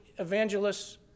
evangelist's